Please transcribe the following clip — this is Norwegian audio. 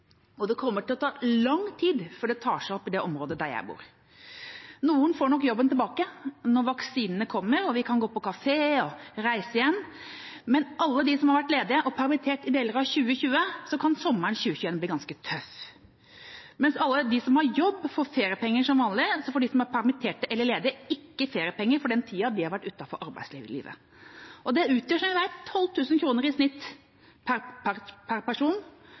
og det kommer til å ta lang tid før det tar seg opp i det området der jeg bor. Noen får nok jobben tilbake når vaksinene kommer og vi kan gå på kafé og reise igjen, men for alle dem som har vært ledige og permittert i deler av 2020, kan sommeren 2021 bli ganske tøff. Mens alle de som har jobb, får feriepenger som vanlig, får de som er permittert eller ledige, ikke feriepenger for den tida de har vært utenfor arbeidslivet. Det utgjør generelt 12 000 kr i snitt per